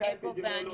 הצדקה אפידמיולוגית.